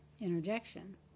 Interjection